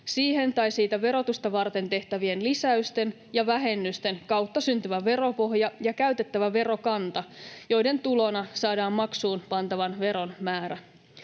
siihen tai siitä verotusta varten tehtävien lisäysten ja vähennysten kautta syntyvä veropohja ja käytettävä verokanta, joiden tulona saadaan maksuun pantavan veron määrä.